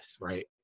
Right